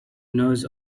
knows